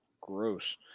gross